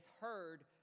heard